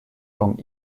vom